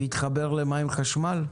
ויתחבר למים וחשמל?